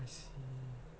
is it